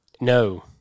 No